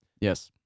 Yes